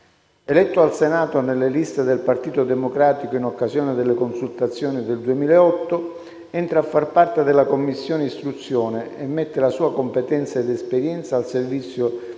Eletto al Senato nelle liste del Partito Democratico in occasione delle consultazioni del 2008, entra a far parte della Commissione istruzione e mette la sua competenza ed esperienza al servizio del